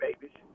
babies